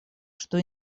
что